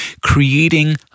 creating